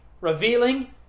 revealing